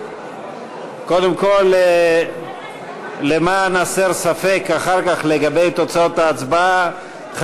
קודם כול למען הסר ספק לגבי תוצאות ההצבעה אחר כך,